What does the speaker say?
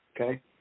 Okay